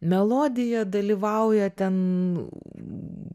melodiją dalyvauja ten